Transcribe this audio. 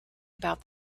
about